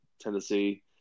Tennessee